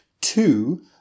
Two